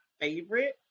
favorite